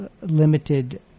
limited